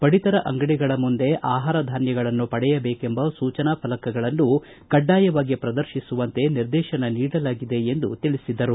ಪಡಿತರ ಅಂಗಡಿಗಳ ಮುಂದೆ ಆಹಾರ ಧಾನ್ಯಗಳನ್ನು ಪಡೆಯಬೇಕೆಂಬ ಸೂಚನಾ ಫಲಕಗಳನ್ನು ಕಡ್ವಾಯವಾಗಿ ಪ್ರದರ್ತಿಸುವಂತೆ ನಿರ್ದೇತನ ನೀಡಲಾಗಿದೆ ಎಂದು ತಿಳಿಸಿದರು